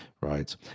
right